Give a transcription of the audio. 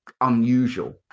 unusual